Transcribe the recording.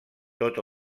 tot